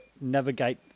navigate